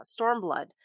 Stormblood